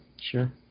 Sure